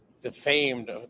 defamed